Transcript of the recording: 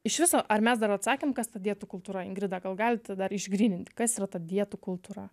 iš viso ar mes dar atsakėm kas ta dietų kultūra ingrida gal galit dar išgrynint kas yra ta dietų kultūra